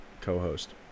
co-host